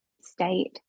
state